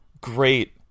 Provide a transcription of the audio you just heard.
great